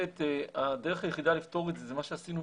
ב' הדרך היחידה לפתור את זה זה מה שעשינו